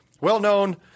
Well-known